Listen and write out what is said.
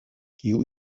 kiu